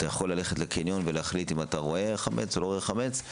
אתה יכול ללכת לקניון ולהחליט אם אתה רואה חמץ או לא רואה חמץ,